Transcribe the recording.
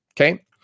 Okay